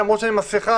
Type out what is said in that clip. למרות שאני עם מסכה,